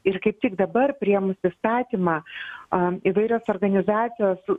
ir kaip tik dabar priėmus įstatymą am įvairios organizacijos